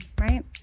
right